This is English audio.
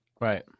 Right